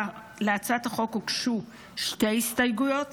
להצעת החוק הוגשו שתי הסתייגויות.